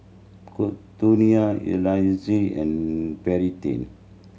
Kourtney Eliezer and Payten